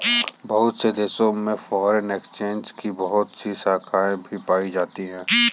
बहुत से देशों में फ़ोरेन एक्सचेंज की बहुत सी शाखायें भी पाई जाती हैं